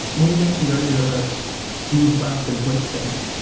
when you mentioned earlier about move fast and break things,